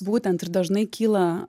būtent ir dažnai kyla